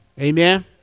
Amen